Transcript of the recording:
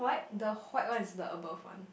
the white one is the above one